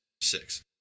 Six